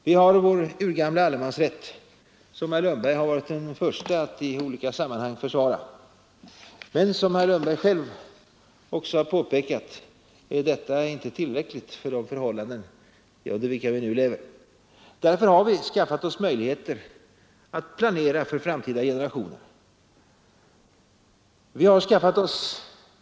Vi har vår urgamla allemansrätt som herr Lundberg varit den förste att i olika sammanhang försvara. Men som herr Lundberg själv i olika sammanhang har påpekat är denna inte tillräcklig för de förhållanden i vilka vi nu lever. Vi har skaffat oss möjligheter att planera också för framtida generationer.